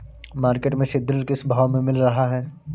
Market में सीद्रिल किस भाव में मिल रहा है?